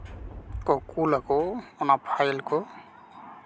ᱠᱩᱞ ᱟᱠᱚ ᱚᱱᱟ ᱯᱷᱟᱭᱤᱞ ᱠᱚ